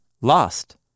lost